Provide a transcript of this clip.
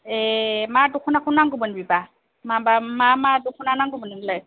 ए मा दखनाखौ नांगौमोन बेबा माबा मा मा दखना नांगौमोन नोंनोलाय